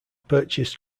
purchased